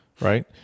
right